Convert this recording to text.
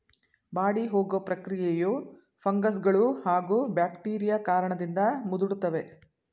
ಬಾಡಿಹೋಗೊ ಪ್ರಕ್ರಿಯೆಯು ಫಂಗಸ್ಗಳೂ ಹಾಗೂ ಬ್ಯಾಕ್ಟೀರಿಯಾ ಕಾರಣದಿಂದ ಮುದುಡ್ತವೆ